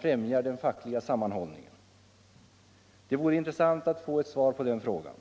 främjar den fackliga sammanhållningen? Det vore intressant att få ett svar på den frågan.